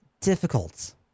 difficult